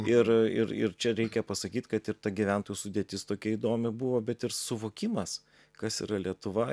ir ir ir čia reikia pasakyt kad ir gyventojų sudėtis tokia įdomi buvo bet ir suvokimas kas yra lietuva